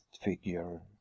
figure